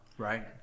Right